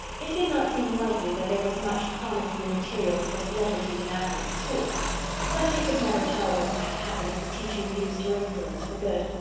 it did not seem likely that there was much promising material for celebrities in avonlea school but you could never tell what might happen if a teacher used her influence for good.